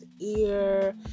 ear